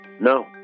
No